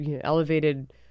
elevated